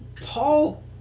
Paul